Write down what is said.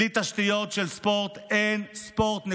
בלי תשתיות של ספורט אין ספורט,